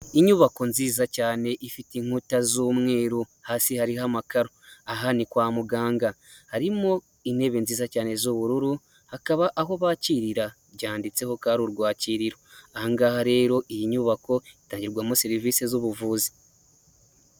Inyubako nziza cyane ifite inkuta z'umweru hasi hari amakaro, aha ni kwa muganga harimo intebe nziza cyane z'ubururu, hakaba aho bakirira byanditseho ko ari urwakiririro, ahangaha rero iyi nyubako itangirwarwamo serivisi z'ubuvuzi.